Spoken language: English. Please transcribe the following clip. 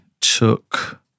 took